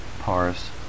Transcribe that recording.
parse